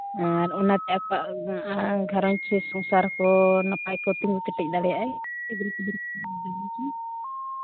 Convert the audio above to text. ᱟᱨ ᱚᱱᱟᱛᱮ ᱟᱠᱚᱣᱟᱜ ᱜᱷᱟᱨᱚᱸᱡᱽ ᱪᱮ ᱥᱚᱝᱥᱟᱨ ᱠᱚ ᱱᱟᱯᱟᱭ ᱠᱚ ᱛᱤᱸᱜᱩ ᱠᱮᱴᱮᱡ ᱫᱟᱲᱮᱭᱟᱜᱼᱟ